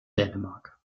dänemark